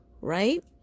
right